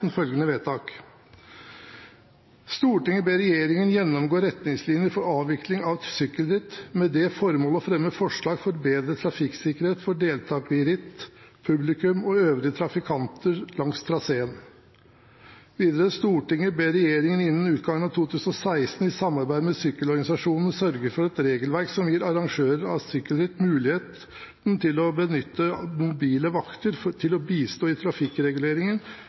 følgende vedtak: «I Stortinget ber regjeringen gjennomgå retningslinjer for avvikling av sykkelritt, med det formål å fremme forslag som bedrer trafikksikkerheten for deltakere i ritt, publikum og øvrige trafikanter langs traseen. II Stortinget ber regjeringen innen utgangen av 2016, i samarbeid med sykkelorganisasjonene, sørge for et regelverk som gir arrangører av sykkelritt muligheten til å benytte mobile vakter til å bistå i trafikkreguleringen